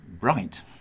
Right